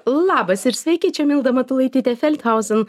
labas ir sveiki čia milda matulaitytė feldhausen